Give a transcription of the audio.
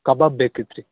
ಕಬಾಬ್ ಬೇಕಿತ್ತುರಿ